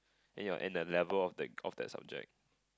and your and level of that of that subject